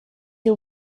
you